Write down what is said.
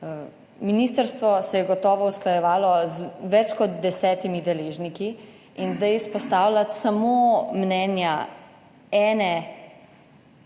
Ministrstvo se je gotovo usklajevalo z več kot 10 deležniki in zdaj izpostavljati samo mnenja enega,